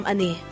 Ani